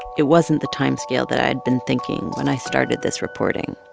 it wasn't the time scale that i'd been thinking when i started this reporting.